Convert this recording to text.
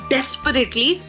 Desperately